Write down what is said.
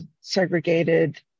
segregated